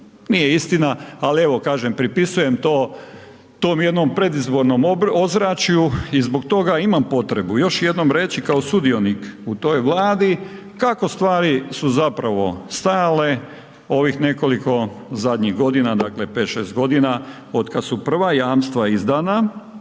nije istina. Ali evo kažem pripisujem to tom jednom predizbornoj ozračju. I zbog toga imam potrebu još jednom reći kao sudionik u toj Vladi kako stvari su zapravo stajale ovih nekoliko zadnjih godina, dakle pet, šest godina od kada su prva jamstva izdana